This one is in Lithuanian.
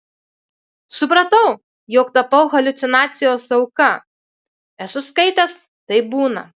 supratau jog tapau haliucinacijos auka esu skaitęs taip būna